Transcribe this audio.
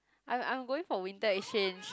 I'm I'm going for winter exchange